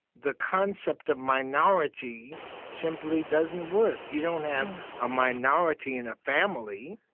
the concept of minority simply doesn't work. you don't have a minority in a family.